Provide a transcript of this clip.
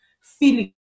feeling